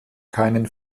keinen